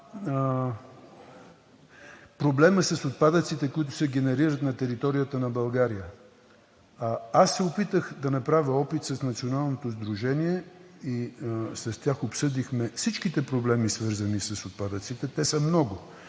проблема с отпадъците, които се генерират на територията на България. Аз се опитах да направя опит с Националното сдружение и с тях обсъдихме всички проблеми, свързани с отпадъците. А те са много.